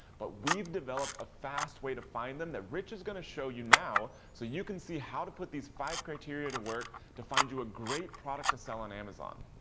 but we've developed a fast way to find them that rich is gonna show you now so you can see how to put these five criteria to work to find you a great product to sell on amazon.